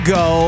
go